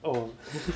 oh